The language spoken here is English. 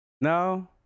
no